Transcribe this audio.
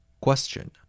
Question